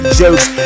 jokes